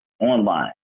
online